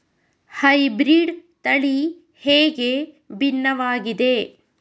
Hybrid ತಳಿ ಹೇಗೆ ಭಿನ್ನವಾಗಿದೆ?